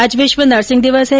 आज विश्व नर्सिंग दिवस है